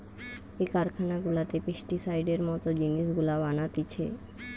যে কারখানা গুলাতে পেস্টিসাইডের মত জিনিস গুলা বানাতিছে